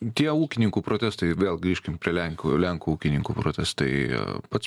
tie ūkininkų protestai vėl grįžkim prie lenkų lenkų ūkininkų protestai pats